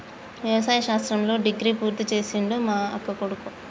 వ్యవసాయ శాస్త్రంలో డిగ్రీ పూర్తి చేసిండు మా అక్కకొడుకు